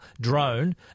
drone